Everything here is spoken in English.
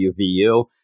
WVU